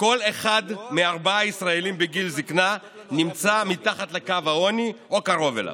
כל אחד מארבעה ישראלים בגיל זקנה נמצא מתחת לקו העוני או קרוב אליו.